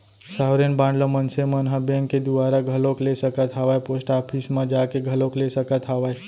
sovereign bond ल मनसे मन ह बेंक के दुवारा घलोक ले सकत हावय पोस्ट ऑफिस म जाके घलोक ले सकत हावय